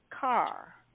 car